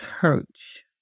church